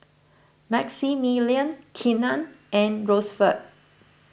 Maximillian Keenan and Rosevelt